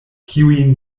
kiujn